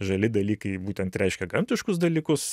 žali dalykai būtent reiškia gamtiškus dalykus